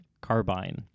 carbine